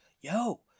yo